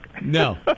No